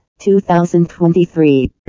2023